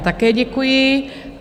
Také děkuji.